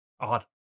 Odd